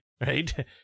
right